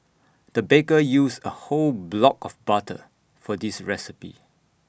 the baker used A whole block of butter for this recipe